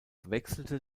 wechselte